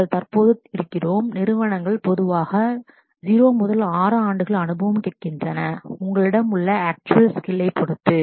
நாங்கள் தற்போது இருக்கிறோம் நிறுவனங்கள் பொதுவாக 0 முதல் 6 ஆண்டுகள் அனுபவம் கேட்கின்றன உங்களிடம் உள்ள ஆக்சுவல் ஸ்கிலை actual skill பொறுத்து